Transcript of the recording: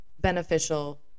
beneficial